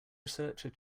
researcher